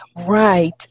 Right